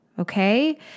Okay